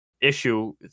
issue